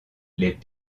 les